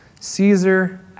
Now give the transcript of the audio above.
Caesar